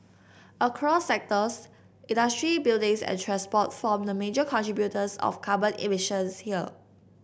across sectors industry buildings and transport form the major contributors of carbon emissions here